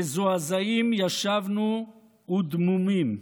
מזועזעים ישבנו ודמומים.